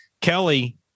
Kelly